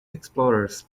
explorers